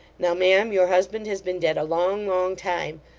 now, ma'am, your husband has been dead a long, long time.